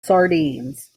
sardines